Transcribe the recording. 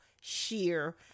sheer